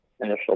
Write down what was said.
initial